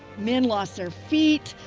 men lost their feet,